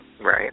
Right